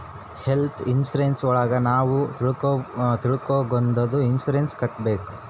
health insurance ಒಳಗ ನಾವ್ ತಿಂಗ್ಳಿಗೊಂದಪ್ಪ ಇನ್ಸೂರೆನ್ಸ್ ಕಟ್ಟ್ಬೇಕು